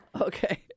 Okay